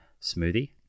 smoothie